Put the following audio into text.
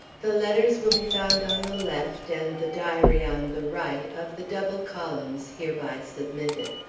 the letters will be found on the left, and the diary on the right, of the double columns hereby submitted.